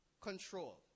control